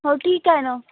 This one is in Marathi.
हो ठिक आहे ना